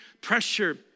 pressure